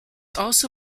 also